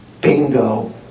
Bingo